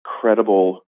credible